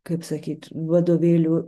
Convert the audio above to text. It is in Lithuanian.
kaip sakyt vadovėlių